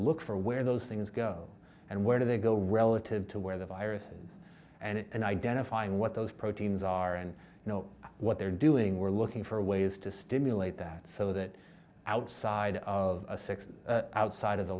look for where those things go and where do they go relative to where the viruses and identifying what those proteins are and you know what they're doing we're looking for ways to stimulate that so that outside of a six outside of the